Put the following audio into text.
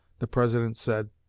the president said,